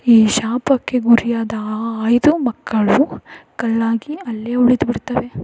ಈ ಶಾಪಕ್ಕೆ ಗುರಿಯಾದ ಆ ಐದೂ ಮಕ್ಕಳು ಕಲ್ಲಾಗಿ ಅಲ್ಲೇ ಉಳಿದು ಬಿಡ್ತವೆ